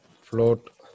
float